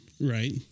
Right